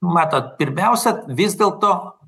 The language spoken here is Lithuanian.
matot pirmiausia vis dėlto